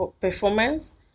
performance